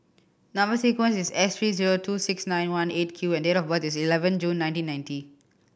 number sequence is S three zero two six nine one Eight Q and date of birth is eleven June nineteen ninety